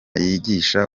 yigisha